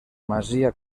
masia